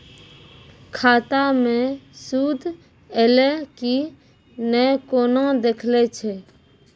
खाता मे सूद एलय की ने कोना देखय छै?